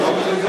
לא שמעתי.